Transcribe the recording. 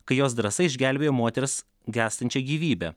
kai jos drąsa išgelbėjo moters gęstančią gyvybę